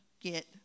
get